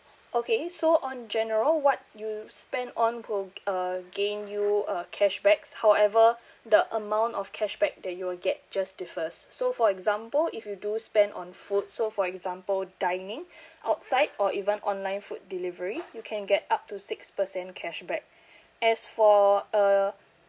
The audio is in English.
okay so on general what you spend on go uh gain you a cashback however the amount of cashback that you will get just differs so for example if you do spend on food so for example dining outside or even online food delivery you can get up to six percent cashback as for uh